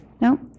no